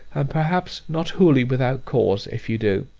and perhaps not wholly without cause, if you do.